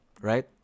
right